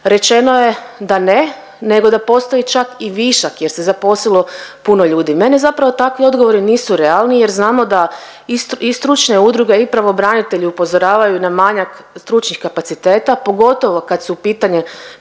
rečeno je da ne, nego da postoji čak i višak jer se zaposlilo puno ljudi. Meni zapravo takvi odgovori nisu realni jer znamo da i stručnu udruge i pravobranitelj upozoravaju na manjak stručnih kapaciteta, pogotovo kad u pitanju